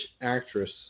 actress